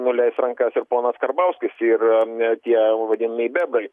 nuleis rankas ir ponas karbauskis ir tie vadinamieji bebrai